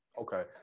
Okay